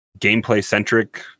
gameplay-centric